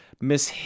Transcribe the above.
Miss